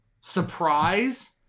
surprise